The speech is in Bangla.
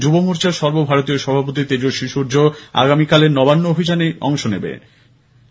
যুব মোর্চার সর্বভারতীয় সভাপতি তেজস্বী সূর্য আগামীকালের নবান্ন অভিযানে অংশ নেবেন